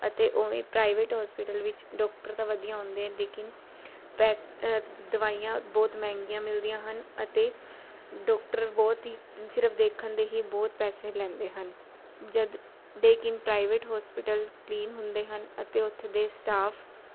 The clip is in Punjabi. ਅਤੇ ਉਵੇਂ ਪ੍ਰਾਈਵੇਟ ਹੋਸਪਿਟਲ ਵਿੱਚ ਡਾਕਟਰ ਤਾਂ ਵਧੀਆ ਹੁੰਦੇ ਲੇਕਿਨ ਪੈਸ ਦਵਾਈਆਂ ਬਹੁਤ ਮਹਿੰਗੀਆਂ ਮਿਲਦੀਆਂ ਹਨ ਅਤੇ ਡਾਕਟਰ ਬਹੁਤ ਹੀ ਸਿਰਫ ਦੇਖਣ ਦੇ ਹੀ ਬਹੁਤ ਪੈਸੇ ਲੈਂਦੇ ਹਨ ਜਦ ਲੇਕਿਨ ਪ੍ਰਾਈਵੇਟ ਹੋਸਪਿਟਲ ਕਲੀਨ ਹੁੰਦੇ ਹਨ ਅਤੇ ਉੱਥੇ ਦੇ ਸਟਾਫ